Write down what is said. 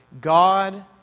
God